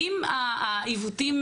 אם העיוותים,